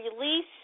Release